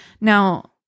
Now